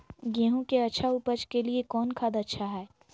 गेंहू के अच्छा ऊपज के लिए कौन खाद अच्छा हाय?